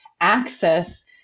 access